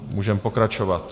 Můžeme pokračovat.